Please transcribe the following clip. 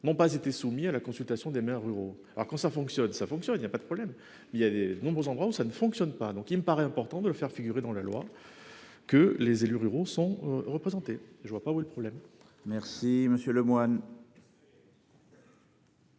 n'ont pas été soumis à la consultation des maires ruraux, alors comment ça fonctionne, ça fonctionne, il n'y a pas de problème. Il y a les nombreux endroits où ça ne fonctionne pas donc il me paraît important de le faire figurer dans la loi. Que les élus ruraux sont représentés. Je ne vois pas où est le problème. Merci Monsieur Lemoine.